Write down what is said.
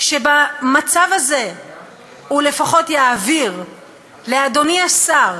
שבמצב הזה הוא לפחות יעביר לאדוני השר,